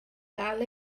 dal